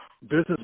business